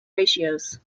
ratios